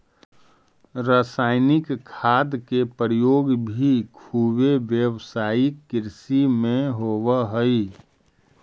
रसायनिक खाद के प्रयोग भी खुबे व्यावसायिक कृषि में होवऽ हई